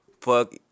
Fuck